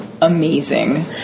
amazing